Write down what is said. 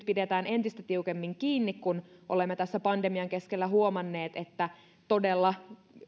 pidetään entistä tiukemmin kiinni kun olemme tässä pandemian keskellä huomanneet että todella